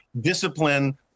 discipline